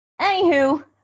Anywho